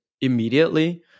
immediately